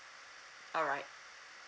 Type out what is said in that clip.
alright